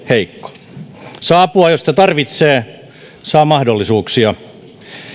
heikko saa apua jos sitä tarvitsee saa mahdollisuuksia